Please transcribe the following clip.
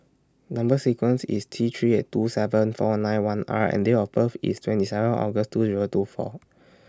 Number sequence IS T three eight two seven four nine one R and Date of birth IS twenty seven August two Zero two four